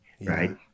right